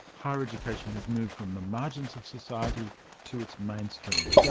higher education has moved from the margins of society to its mainstream.